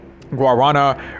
Guarana